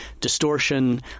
distortion